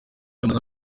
yamaze